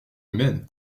humaine